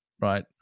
right